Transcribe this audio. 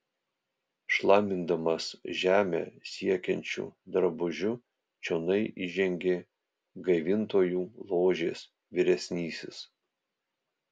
šlamindamas žemę siekiančiu drabužiu čionai įžengė gaivintojų ložės vyresnysis